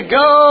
go